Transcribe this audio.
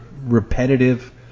repetitive